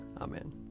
Amen